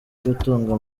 gutunga